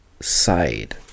side